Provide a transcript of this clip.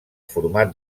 format